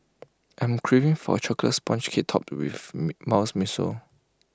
I am craving for Chocolate Sponge Cake Topped with miso